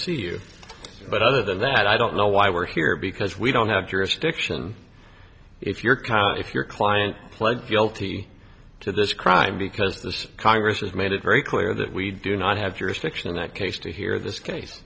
see you but other than that i don't know why we're here because we don't have jurisdiction if you're caught if your client pled guilty to this crime because this congress has made it very clear that we do not have jurisdiction in that case to hear this case